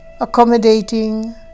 accommodating